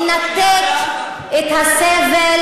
לנתק את הסבל